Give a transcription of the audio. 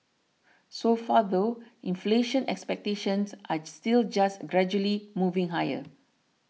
so far though inflation expectations are still just gradually moving higher